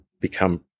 become